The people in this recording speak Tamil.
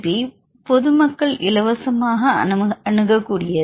பி பொதுமக்கள் இலவசமாக அணுகக்கூடியது